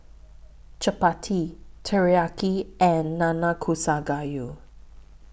Chapati Teriyaki and Nanakusa Gayu